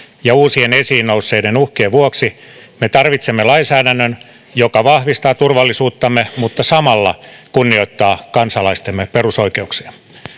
ja uusien esiin nousseiden uhkien vuoksi me tarvitsemme lainsäädännön joka vahvistaa turvallisuuttamme mutta samalla kunnioittaa kansalaistemme perusoikeuksia